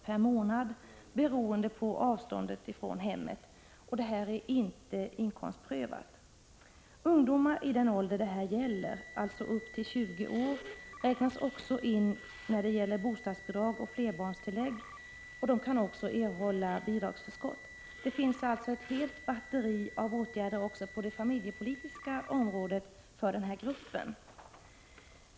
per månad, beroende på avståndet från hemmet. Detta är inte inkomstprövat. Ungdomar i den ålder det gäller, alltså upp till 20 år, räknas också in när det gäller bostadsbidrag och flerbarnstillägg. De kan också erhålla bidragsförskott. Det finns alltså ett helt batteri av åtgärder även på det familjepolitiska området för den här gruppen.